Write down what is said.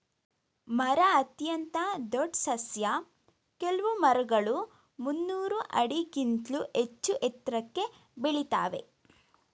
ಮರ ಅತ್ಯಂತ ದೊಡ್ ಸಸ್ಯ ಕೆಲ್ವು ಮರಗಳು ಮುನ್ನೂರ್ ಆಡಿಗಿಂತ್ಲೂ ಹೆಚ್ಚೂ ಎತ್ರಕ್ಕೆ ಬೆಳಿತಾವೇ